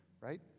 right